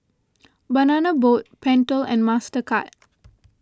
Banana Boat Pentel and Mastercard